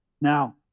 Now